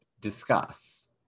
discuss